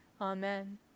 Amen